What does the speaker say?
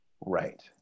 Right